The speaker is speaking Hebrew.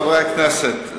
חברי הכנסת,